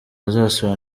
azasura